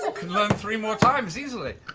ah can learn three more times, easily.